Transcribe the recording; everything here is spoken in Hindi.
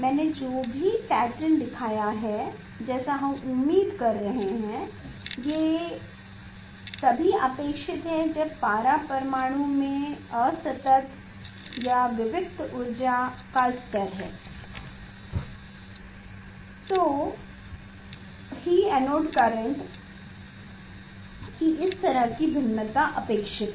मैंने जो भी पैटर्न दिखाया है जैसा हम उम्मीद कर रहे हैं ये तभी अपेक्षित है जब पारा परमाणु में असतत या विविक्त्त ऊर्जा का स्तर है तो ही एनोड करंट की इस तरह की भिन्नता अपेक्षित है